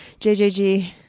JJG